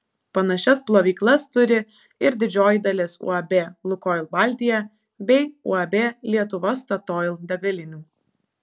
panašias plovyklas turi ir didžioji dalis uab lukoil baltija bei uab lietuva statoil degalinių